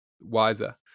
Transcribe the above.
Wiser